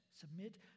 submit